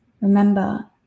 remember